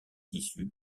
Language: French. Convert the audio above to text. tissu